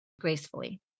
gracefully